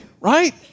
right